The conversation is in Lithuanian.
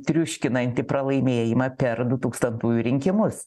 triuškinantį pralaimėjimą per du tūkstantųjų rinkimus